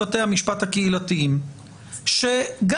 השופט הקהילתי ייתן הכרעת דין בעניינו ויגזור את דינו של הנאשם.